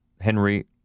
Henry